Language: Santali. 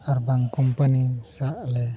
ᱟᱨ ᱵᱟᱝ ᱠᱳᱢᱯᱟᱱᱤ ᱥᱟᱣᱞᱮ